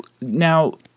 Now